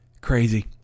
Crazy